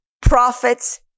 profits